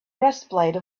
breastplate